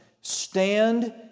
Stand